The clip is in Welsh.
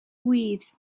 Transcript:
ŵydd